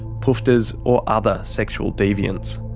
poofters or other sexual deviants.